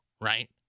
right